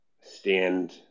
stand